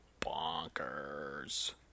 bonkers